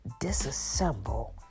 disassemble